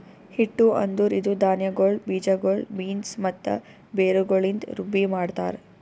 ಹಿಟ್ಟು ಅಂದುರ್ ಇದು ಧಾನ್ಯಗೊಳ್, ಬೀಜಗೊಳ್, ಬೀನ್ಸ್ ಮತ್ತ ಬೇರುಗೊಳಿಂದ್ ರುಬ್ಬಿ ಮಾಡ್ತಾರ್